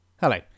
Hello